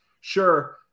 Sure